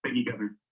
and you govern